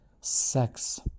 sex